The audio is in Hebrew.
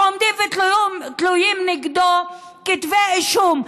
שתלויים ועומדים נגדו כתבי אישום.